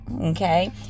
Okay